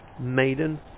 Maiden